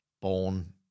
born